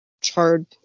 charred